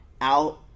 out